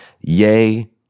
Yay